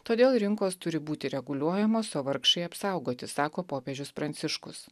todėl rinkos turi būti reguliuojamos o vargšai apsaugoti sako popiežius pranciškus